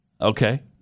Okay